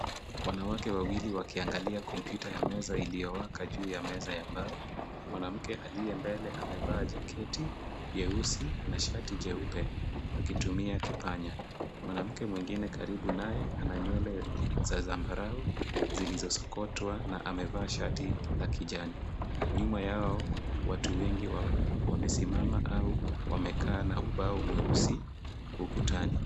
Wanawake wawili wakiangalia kompyuta ya meza iliyowaka juu ya meza ya mbao, mwanamke aliye mbele amevaa jaketi jeusi na shati jeupe akitumia kipanya. Mwanamke mwingine karibu naye ana nywele za zambarau zilizosokotwa na amevaa shati la kijani. Nyuma yao watu wengi wamesimama au wamekaa na ubao mweusi ukutani.